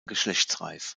geschlechtsreif